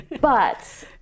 But-